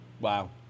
Wow